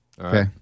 Okay